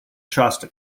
shasta